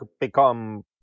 become